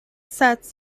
sets